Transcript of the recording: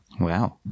Wow